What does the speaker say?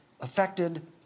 affected